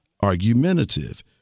argumentative